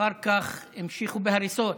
אחר כך המשיכו בהריסות.